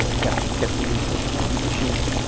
ah get get the resources from the machines.